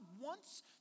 wants